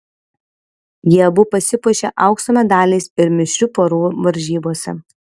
jie abu pasipuošė aukso medaliais ir mišrių porų varžybose